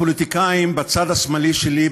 הפוליטיקאים בצד השמאלי שלי,